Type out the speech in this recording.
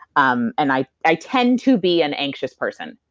um and i i tend to be an anxious person,